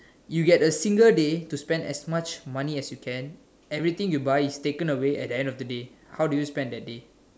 you get a single day to spend as much money as you can everything you buy is taken away at the end of the day how do you spend that day